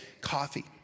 coffee